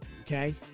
okay